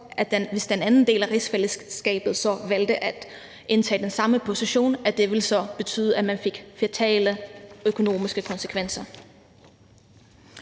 hvis en anden del af rigsfællesskabet så valgte at indtage den samme position, så ville betyde, at det ville få fatale økonomiske konsekvenser.